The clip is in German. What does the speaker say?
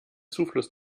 zufluss